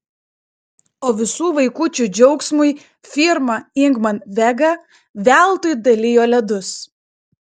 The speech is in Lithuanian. o visų vaikučių džiaugsmui firma ingman vega veltui dalijo ledus